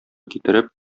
китереп